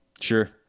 Sure